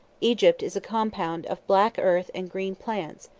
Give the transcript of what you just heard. egypt is a compound of black earth and green plants,